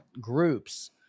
groups